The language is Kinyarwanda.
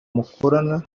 mukorana